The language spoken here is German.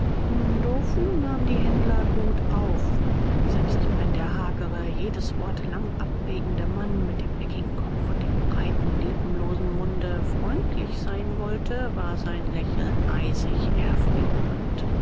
nahm die händler gut auf selbst wenn der hagere jedes wort lang abwägende mann mit dem eckigen kopf und dem breiten lippenlosen munde freundlich sein wollte war sein lächeln eisig erfrierend